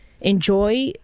Enjoy